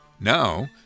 Now